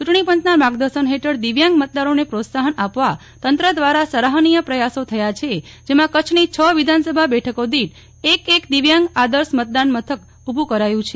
ચુંટણીપંચના માર્ગદર્શન હેઠળ દિવ્યાંગ મતદારોને પ્રોત્સાહન આપવા તંત્ર દ્વારા સરાહનીય પ્રયાસો થયા છેજેમાં કચ્છની વિધાનસભા બેઠકો દીઠ એક દિવ્યાંગ આદર્શ મતદાન મથક ઉભું કરાયું છે